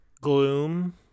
gloom